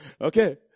Okay